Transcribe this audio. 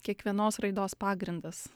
kiekvienos raidos pagrindas